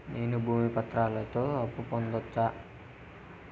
నేను భూమి పత్రాలతో అప్పు పొందొచ్చా?